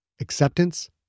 acceptance